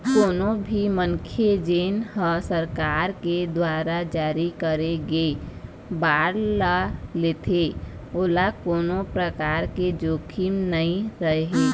कोनो भी मनखे जेन ह सरकार के दुवारा जारी करे गे बांड ल लेथे ओला कोनो परकार के जोखिम नइ रहय